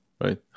right